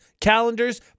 calendars